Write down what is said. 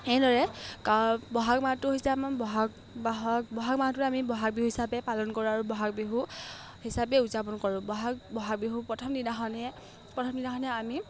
সেইদৰে কা বহাগ মাহটো হৈছে আমাৰ বহাগ বহাগ বহাগ মাহটো আমি বহাগ বিহু হিচাপে পালন কৰোঁ আৰু বহাগ বিহু হিচাপে উদযাপন কৰোঁ বহাগ বহাগ বিহু প্ৰথম দিনাখনে প্ৰথম দিনাখনে আমি